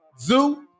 Zoo